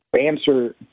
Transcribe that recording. answer